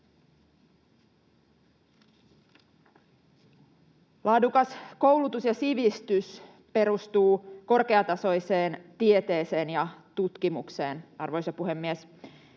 Laadukas koulutus ja sivistys perustuvat korkeatasoiseen tieteeseen ja tutkimukseen, arvoisa puhemies,